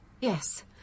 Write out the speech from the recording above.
yes